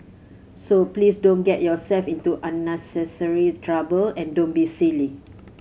so please don't get yourself into unnecessary trouble and don't be silly